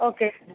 okay sir